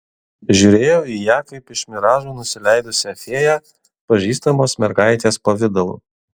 žiūrėjo į ją kaip iš miražų nusileidusią fėją pažįstamos mergaitės pavidalu